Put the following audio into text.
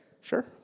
Sure